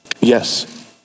Yes